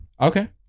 Okay